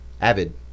avid